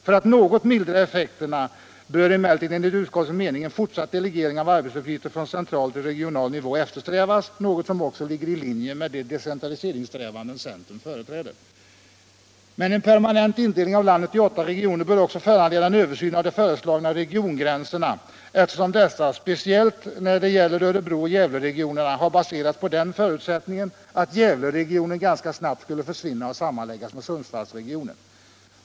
För att något mildra effekterna bör emellertid enligt utskottets mening en fortsatt delegering av arbetsuppgifter från central till regional nivå eftersträvas, något som också ligger i linje med de decentraliseringssträvanden som centern företräder. Men en permanent indelning i landet i åtta regioner bör också föranleda en översyn av de föreslagna regiongränserna, eftersom dessa — speciellt när det gäller Örebro och Gävleregionerna — har baserats på den förutsättningen att Gävleregionen ganska snabbt skulle försvinna och sammanläggas med Sundsvallsregionen.